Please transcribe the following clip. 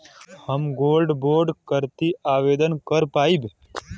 हम gold bond करती आवेदन कर पाईब?